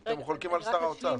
אתם חולקים על שר האוצר.